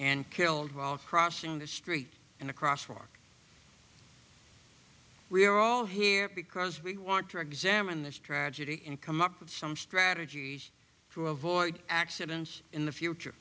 and killed while crossing the street and across rock rear all here because we want to examine this tragedy and come up with some strategies to avoid accidents in the future